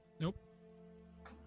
Nope